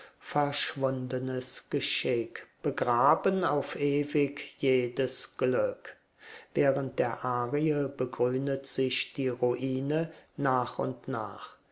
verschwundenes geschick begraben auf ewig jedes glück während dieser arie begrünet sich die ruine nach und nach